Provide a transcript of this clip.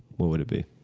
what would it be?